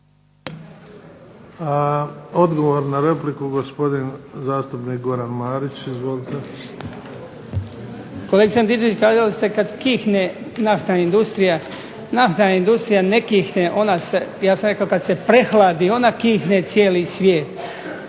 Odgovor na repliku, gospodin zastupnik Goran Marić. Izvolite. **Marić, Goran (HDZ)** Kolegice Antičević, kazali ste kad kihne naftna industrija. Nafta industrija ne kihne, ona se, ja sam rekao kad se prehladi onda kihne cijeli svijet.